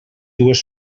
dues